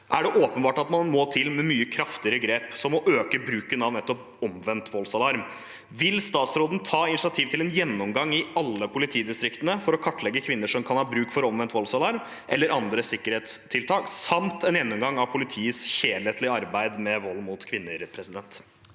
er det åpenbart at man må til med mye kraftigere grep, som å øke bruken av nettopp omvendt voldsalarm. Vil statsråden ta initiativ til en gjennomgang i alle politidistriktene for å kartlegge kvinner som kan ha bruk for omvendt voldsalarm eller andre sikkerhetstiltak, samt en gjennomgang av politiets helhetlige arbeid med vold mot kvinner?